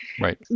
right